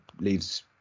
leaves